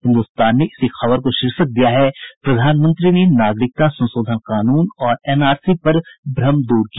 हिन्दुस्तान ने इसी खबर को शीर्षक दिया है प्रधानमंत्री ने नागरिकता संशोधन कानून और एनआरसी पर भ्रम दूर किया